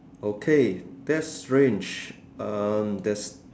okay that's strange um there's